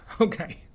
Okay